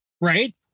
right